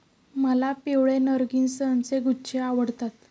मला पिवळे नर्गिसचे गुच्छे आवडतात